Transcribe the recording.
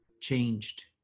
changed